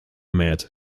mead